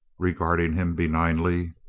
regarding him benignly,